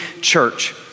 church